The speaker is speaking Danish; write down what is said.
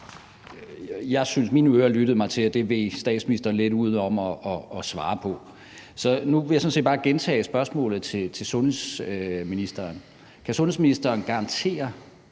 jeg med mine ører lyttede mig til, at det veg statsministeren lidt udenom at svare på. Så nu vil jeg sådan set bare gentage spørgsmålet til sundhedsministeren: Kan sundhedsministeren garantere,